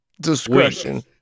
discretion